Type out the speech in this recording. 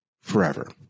forever